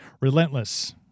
relentless